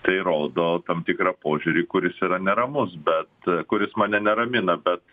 tai rodo tam tikrą požiūrį kuris yra neramus bet kuris mane neramina bet